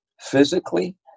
physically